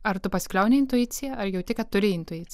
ar tu pasikliauji intuicija ar jauti kad turi intuiciją